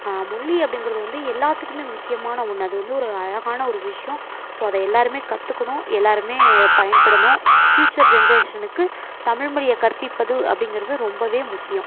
மொழி அப்படிங்கிறது வந்து எல்லாத்துக்குமே முக்கியமான ஒன்று அது வந்து ஒரு அழகான ஒரு விஷயம் ஸோ எல்லாேருமே கற்றுக்கணும் எல்லாேருமே பயன்படணும் ப்யூச்சர் ஜென்ரேஷனுக்கு தமிழ் மொழியை கற்பிப்பது அப்படிங்கிறது ரொம்பவே முக்கியம்